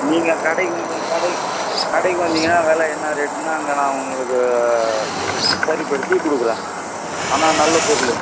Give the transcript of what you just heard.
நீங்கள் கடைக்கி வந்தீங்க கடை கடைக்கி வந்தீங்கன்னா வில என்ன ரேட்னு அங்கே நான் உங்களுக்கு சரிப்படுத்தி கொடுக்குறேன் ஆனால் நல்ல பொருள்